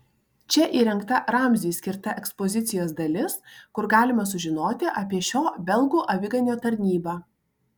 čia įrengta ramziui skirta ekspozicijos dalis kur galima sužinoti apie šio belgų aviganio tarnybą